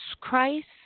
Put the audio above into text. Christ